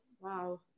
Wow